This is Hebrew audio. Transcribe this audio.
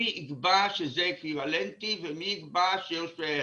מי יקבע שזה אקוויוולנטי ומי יקבע שזה שווה ערך?